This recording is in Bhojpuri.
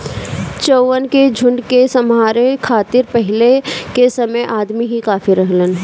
चउवन के झुंड के सम्हारे खातिर पहिले के समय अदमी ही काफी रहलन